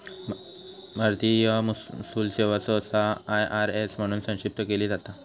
भारतीय महसूल सेवा सहसा आय.आर.एस म्हणून संक्षिप्त केली जाता